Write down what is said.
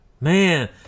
man